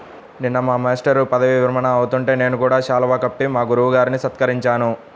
నిన్న మా మేష్టారు పదవీ విరమణ అవుతుంటే నేను కూడా శాలువా కప్పి మా గురువు గారిని సత్కరించాను